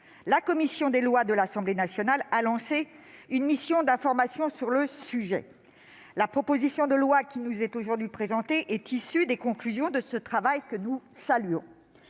la commission des lois de l'Assemblée nationale a constitué une mission d'information sur le sujet. La proposition de loi qui nous est aujourd'hui présentée est issue des conclusions de ce travail, que nous saluons.